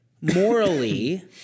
Morally